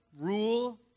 rule